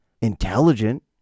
intelligent